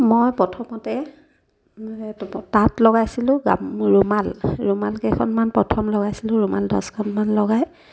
মই প্ৰথমতে তাঁত লগাইছিলোঁ গাম ৰুমাল ৰুমাল কেইখনমান প্ৰথম লগাইছিলোঁ ৰুমাল দছখনমান লগাই